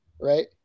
right